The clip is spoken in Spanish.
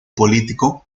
político